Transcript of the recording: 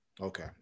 Okay